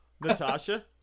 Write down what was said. Natasha